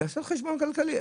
תעשו חשבון כלכלי.